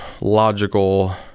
logical